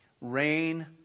Rain